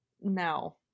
No